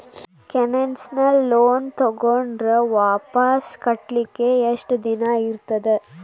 Concessional loan ತಗೊಂಡ್ರ್ ವಾಪಸ್ ಕಟ್ಲಿಕ್ಕೆ ಯೆಷ್ಟ್ ದಿನಾ ಇರ್ತದ?